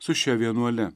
su šia vienuole